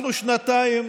אנחנו שנתיים,